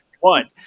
one